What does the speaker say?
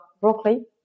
broccoli